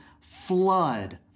flood